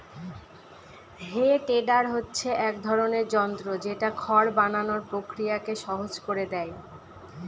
হে tedder হচ্ছে এক ধরনের যন্ত্র যেটা খড় বানানোর প্রক্রিয়াকে সহজ করে দেয়